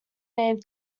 named